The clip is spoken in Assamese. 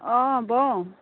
অঁ বওঁ